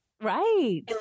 Right